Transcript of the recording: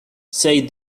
said